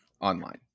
online